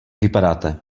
vypadáte